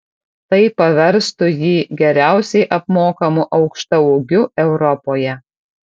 tai paverstų jį geriausiai apmokamu aukštaūgiu europoje